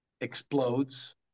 explodes